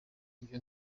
ibyo